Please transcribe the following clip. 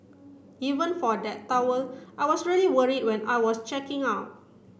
even for that towel I was really worried when I was checking out